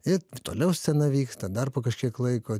ir toliau scena vyksta dar po kažkiek laiko